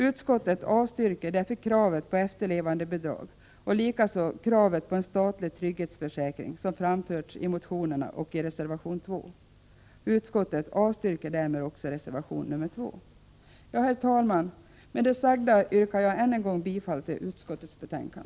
Utskottet avstyrker därför kravet på efterlevandebidrag och likaså kravet på en statlig trygghetsförsäkring som framförts i motioner och som återfinns i reservation 2. Herr talman! Med det sagda yrkar jag än en gång bifall till utskottets hemställan.